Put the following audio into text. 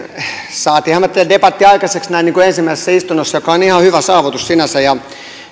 saimmehan me tätä debattia aikaiseksi näin ensimmäisessä istunnossa mikä on ihan hyvä saavutus sinänsä ja